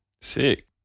Sick